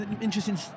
interesting